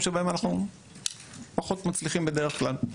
שבהם אנחנו פחות מצליחים בדרך כלל.